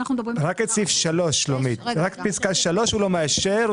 רק את פסקה (3) הוא לא מאשר.